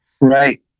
Right